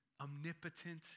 omnipotent